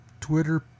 Twitter